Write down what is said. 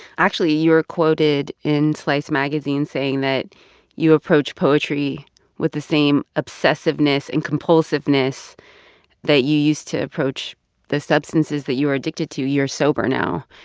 actually, you were quoted in slice magazine saying that you approach poetry with the same obsessiveness and compulsiveness that you used to approach the substances that you were addicted to you're sober now.